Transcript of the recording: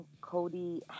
Cody